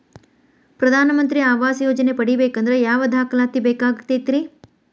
ಪ್ರಧಾನ ಮಂತ್ರಿ ಆವಾಸ್ ಯೋಜನೆ ಪಡಿಬೇಕಂದ್ರ ಯಾವ ದಾಖಲಾತಿ ಬೇಕಾಗತೈತ್ರಿ?